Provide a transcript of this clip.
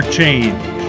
change